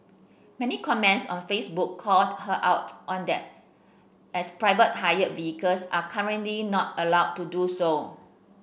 many comments on Facebook called her out on that as private hire vehicles are currently not allowed to do so